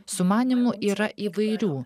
sumanymų yra įvairių